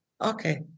Okay